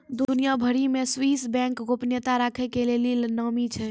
दुनिया भरि मे स्वीश बैंक गोपनीयता राखै के लेली नामी छै